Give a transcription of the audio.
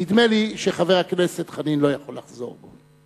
נדמה לי שחבר הכנסת חנין לא יכול לחזור בו.